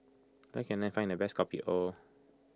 where can I find the best Kopi O